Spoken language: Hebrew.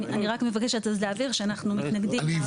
אז אני רק מבקשת להבהיר שאנחנו מתנגדים.